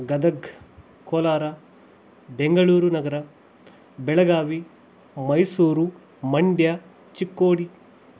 ಗದಗ ಕೋಲಾರ ಬೆಂಗಳೂರು ನಗರ ಬೆಳಗಾವಿ ಮೈಸೂರು ಮಂಡ್ಯ ಚಿಕ್ಕೋಡಿ